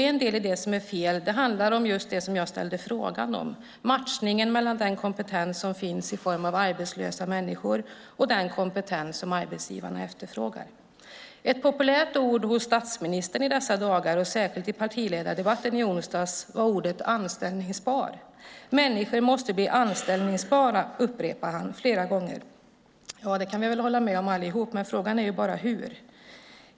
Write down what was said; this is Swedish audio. En del i det som är fel handlar just om det som jag ställde frågan om: matchningen mellan den kompetens som finns i form av arbetslösa människor och den kompetens som arbetsgivarna efterfrågar. Ett populärt ord hos statsministern i dessa dagar, och särskilt i partiledardebatten i onsdags, är ordet anställningsbar. Människor måste bli anställningsbara, upprepade han flera gånger. Ja, det kan vi väl alla hålla med om, men frågan är bara hur.